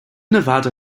nevada